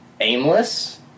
aimless